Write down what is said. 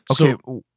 Okay